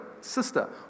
sister